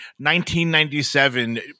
1997